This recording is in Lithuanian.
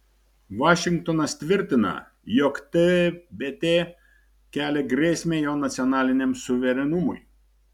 vašingtonas tvirtina jog tbt kelia grėsmę jo nacionaliniam suverenumui